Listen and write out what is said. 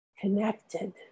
Connected